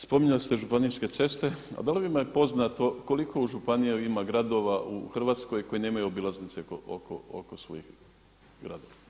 Spominjali ste županijske cesta, a da li vam je poznato koliko u županiji ima gradova u Hrvatskoj koji nemaju obilaznice oko svojih gradova?